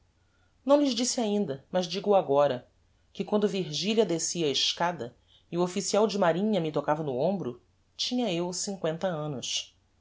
lhes disse ainda mas digo o agora que quando virgilia descia a escada e o official de marinha me tocava no hombro tinha eu cincoenta annos